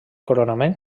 coronament